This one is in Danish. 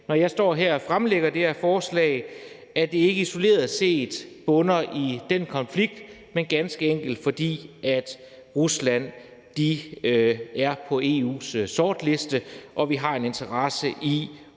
når jeg står og fremlægger det her forslag, at det ikke isoleret set bunder i den konflikt, men ganske enkelt i, at Rusland er på EU's sortliste, og at vi har en interesse i at undgå